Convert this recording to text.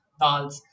dals